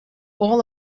all